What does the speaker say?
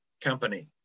company